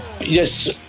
Yes